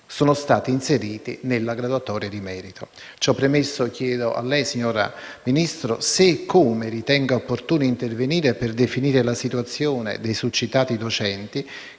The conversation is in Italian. sono stati inseriti nella graduatoria di merito. Ciò premesso, chiedo a lei, signora Ministra, se e come ritenga opportuno intervenire per definire la situazione dei succitati docenti